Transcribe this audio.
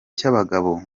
cy’abagabo